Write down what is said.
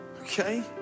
Okay